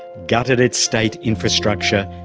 gutted its state infrastructure,